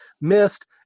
missed